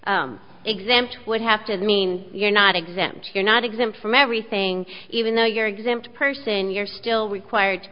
i'm exempt would have to mean you're not exempt you're not exempt from everything even though you're exempt person you're still required to